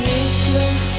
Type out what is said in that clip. useless